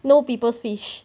no people's fish